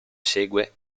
segue